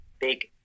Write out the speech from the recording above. big